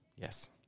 Yes